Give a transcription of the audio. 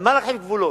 על מה להרחיב גבולות,